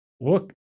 look